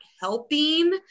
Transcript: helping